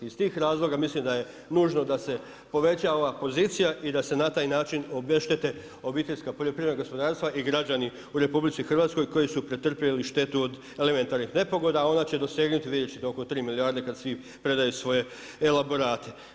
I iz tih razloga mislim da je nužno da se povećava ova pozicija i da se na taj način obeštete obiteljska poljoprivredna gospodarstva i građani u RH koji su pretrpjeli štetu od elementarnih nepogoda, a ona će dosegnuti vidjet ćete oko 3 milijarde kad svi predaju svoje elaborate.